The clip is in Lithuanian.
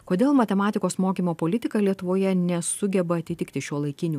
kodėl matematikos mokymo politika lietuvoje nesugeba atitikti šiuolaikinių